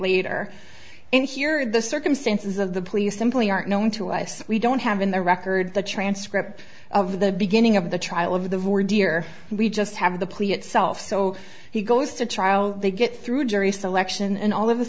later and here are the circumstances of the police simply aren't known to us we don't have in the record the transcript of the beginning of the trial of the very dear we just have the plea itself so he goes to trial they get through jury selection and all of a